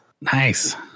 Nice